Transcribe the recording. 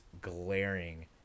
glaring